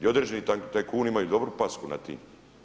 I određeni tajkuni imaju dobru pasku nad tim.